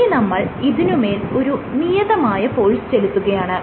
ഇനി നമ്മൾ ഇതിനുമേൽ ഒരു നിയതമായ ഫോഴ്സ് ചെലുത്തുകയാണ്